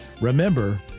remember